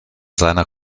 seiner